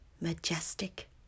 majestic